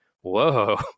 Whoa